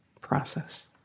process